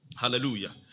Hallelujah